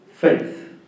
faith